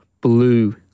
Blue